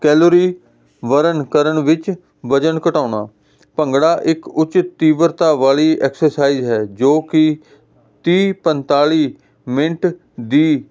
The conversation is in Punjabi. ਕੈਲੋਰੀ ਵਰਨ ਕਰਨ ਵਿੱਚ ਵਜ਼ਨ ਘਟਾਉਣਾ ਭੰਗੜਾ ਇੱਕ ਉੱਚ ਤੀਵਰਤਾ ਵਾਲੀ ਐਕਸਰਸਾਈਜ਼ ਹੈ ਜੋ ਕਿ ਤੀਹ ਪੰਤਾਲੀ ਮਿੰਟ ਦੇ